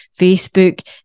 Facebook